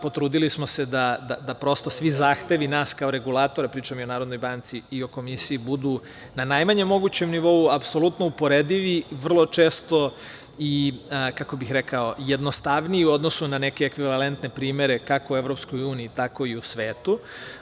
Potrudili smo se da, prosto, svi zahtevi nas kao regulatora, pričam i o Narodnoj banci i o Komisiji, budu na najmanjem mogućem nivou, apsolutno uporedivi, vrlo često i jednostavniji u odnosu na neke ekvivalentne primere kako u EU, tako i u svetu.